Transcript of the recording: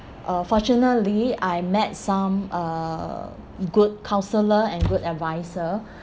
uh fortunately I met some uh good counselor and good advisor